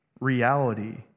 reality